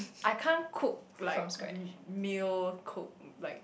I can't cook like meal cook like